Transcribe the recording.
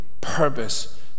purpose